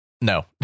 No